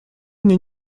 мне